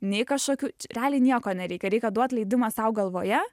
nei kažkokių realiai nieko nereikia reikia duot leidimą sau galvoje